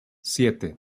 siete